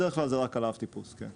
בדרך כלל זה רק על האבטיפוס, כן.